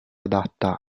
adatta